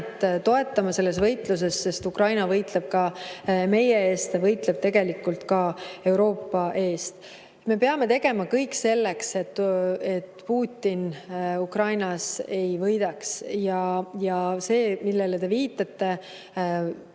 toetama selles võitluses, sest Ukraina võitleb ka meie eest ja võitleb tegelikult ka Euroopa eest. Me peame tegema kõik selleks, et Putin Ukrainas ei võidaks. See, millele te viitate,